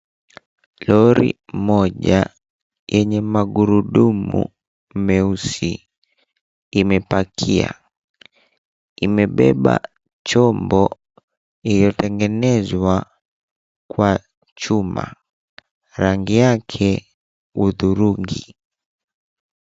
Lori moja yenye magurudumu meusi imepakia, imebeba chombo iliyotengenezwa kwa chuma, rangi yake udhurungi.